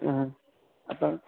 ആ അപ്പം